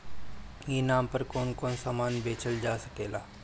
ई नाम पर कौन कौन समान बेचल जा सकेला?